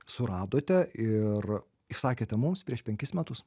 suradote ir išsakėte mums prieš penkis metus